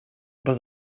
but